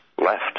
left